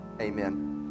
Amen